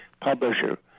publisher